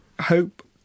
hope